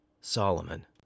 Solomon